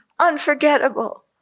unforgettable